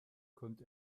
kommt